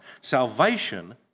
Salvation